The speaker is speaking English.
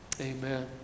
Amen